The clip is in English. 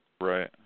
Right